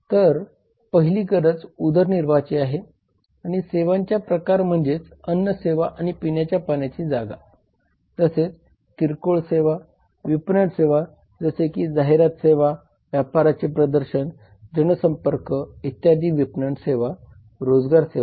तर पहिली गरज उदरनिर्वाहाची आहे आणि सेवांचे प्रकार म्हणजे अन्न सेवा आणि पिण्याच्या पाण्याची जागा तसेच किरकोळ सेवा विपणन सेवा जसे की जाहिरात सेवा आहे व्यापाराचे प्रदर्शन जनसंपर्क इत्यादी विपणन सेवा रोजगार सेवा